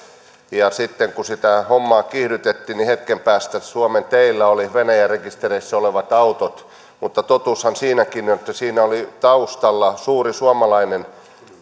ja sitten kun sitä hommaa kiihdytettiin niin hetken päästä suomen teillä oli venäjän rekisterissä olevat autot mutta totuushan siinäkin oli että siinä oli taustalla suuri suomalainen